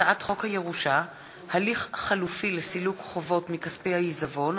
הצעת חוק הירושה (הליך חלופי לסילוק חובות מכספי העיזבון),